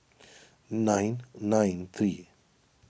nine nine three